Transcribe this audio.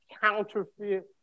counterfeit